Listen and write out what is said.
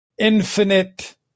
Infinite